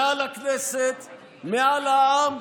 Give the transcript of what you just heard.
מעל הכנסת, מעל העם,